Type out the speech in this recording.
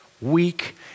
weak